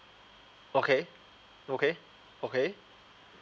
okay okay okay